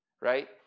right